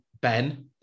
Ben